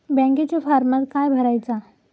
बँकेच्या फारमात काय भरायचा?